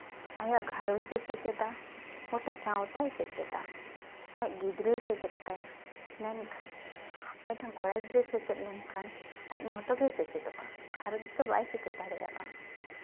ᱟᱭᱟᱜ ᱜᱷᱟᱨᱚᱸᱡᱽ ᱮ ᱥᱮᱪᱮᱫᱟ ᱜᱳᱴᱟ ᱥᱟᱶᱛᱟᱭ ᱥᱮᱪᱮᱫᱟ ᱟᱡ ᱜᱤᱫᱽᱨᱟᱹᱭ ᱥᱮᱪᱮᱫᱮ ᱛᱟᱭᱟ ᱢᱮᱱᱠᱷᱟᱱ ᱢᱤᱫᱴᱮᱱ ᱠᱚᱲᱟ ᱜᱤᱫᱽᱨᱟᱹ ᱥᱮᱪᱮᱫ ᱞᱮᱱᱠᱷᱟᱱ ᱟᱡ ᱢᱚᱛᱚ ᱜᱮᱭ ᱥᱮᱪᱮᱫᱚᱜᱼᱟ ᱜᱷᱟᱨᱚᱸᱡᱽ ᱫᱚ ᱵᱟᱭ ᱥᱮᱪᱮᱫ ᱫᱟᱲᱮᱭᱟᱜᱼᱟ